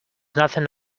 nothing